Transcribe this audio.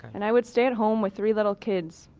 and i would stay home with three little kids.